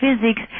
physics